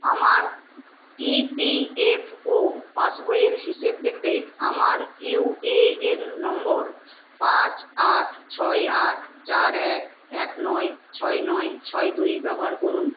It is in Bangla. আমার ইপিএফও পাসবইয়ের হিসেব দেখতে আমার ইউএএন নম্বর পাঁচ আট ছয় আট চার এক এক নয় ছয় নয় ছয় দুই ব্যবহার করুন